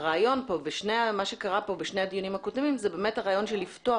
בשני הדיונים הקודמים פרשנו את הכוונה לפתוח